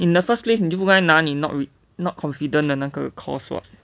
in the first place 你就不该你 not re~ not confident 的那个 coursework